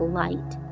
light